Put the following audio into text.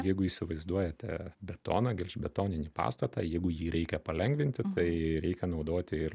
jeigu įsivaizduojate betoną gelžbetoninį pastatą jeigu jį reikia palengvinti tai reikia naudoti ir